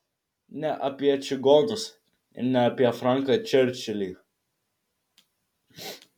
ne apie čigonus ir ne apie franką čerčilį